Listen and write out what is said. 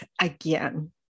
again